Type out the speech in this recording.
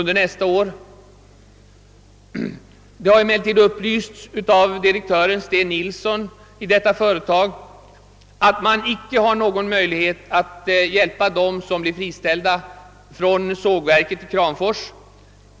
Det har emellertid upplysts av direktör Sten Nilsson i detta företag att man inte har någon möjlighet att hjälpa dem som blir friställda från sågverket i Kramfors.